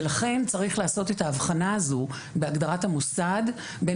לכן צריך לעשות את ההבחנה הזו בהגדרת המוסד בין